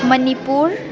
Manipur